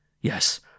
Yes